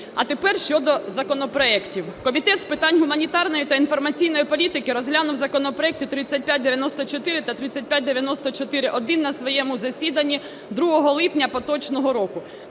А тепер щодо законопроектів. Комітет з питань гуманітарної та інформаційної політики розглянув законопроекти 3594 та 3594-1 на своєму засіданні 2 липня поточного року.